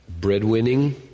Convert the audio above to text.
breadwinning